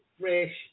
fresh